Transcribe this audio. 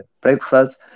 breakfast